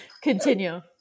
Continue